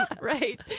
Right